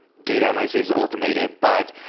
data analysis is automated. but,